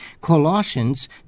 Colossians